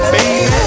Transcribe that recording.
Baby